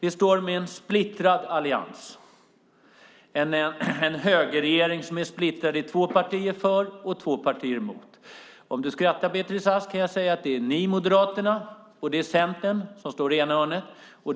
Vi står med en splittrad allians, en högerregering som är splittrad i två partier för och två partier emot. Om du skrattar, Beatrice Ask, kan jag säga att det är ni moderater och Centern som står i ena hörnet och